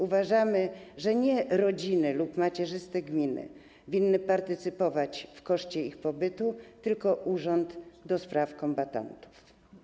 Uważamy, że nie rodziny lub macierzyste gminy winny partycypować w koszcie ich pobytu, tylko urząd do spraw kombatantów.